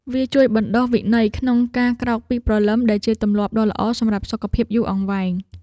វាជួយបណ្ដុះវិន័យក្នុងការក្រោកពីព្រលឹម ដែលជាទម្លាប់ដ៏ល្អសម្រាប់សុខភាពយូរអង្វែង។